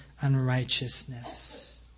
unrighteousness